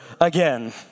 again